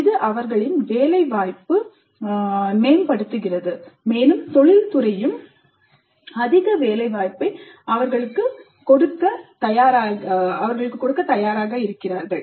இது அவர்களின் வேலை வாய்ப்பை மேம்படுத்துகிறது மேலும் தொழில்துறையும் அதிக வேலைவாய்ப்பைப் அவர்களுக்கு கொடுக்கிறார்கள்